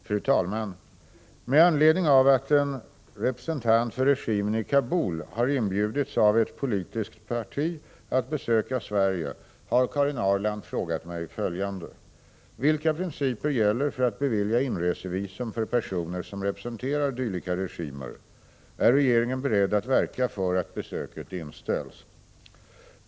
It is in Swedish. Fru talman! Med anledning av att en representant för regimen i Kabul har inbjudits av ett politiskt parti att besöka Sverige, har Karin Ahrland frågat mig följande: Vilka principer gäller för att bevilja inresevisum för personer som representerar dylika regimer? Är regeringen beredd att verka för att besöket inställs?